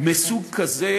מסוג כזה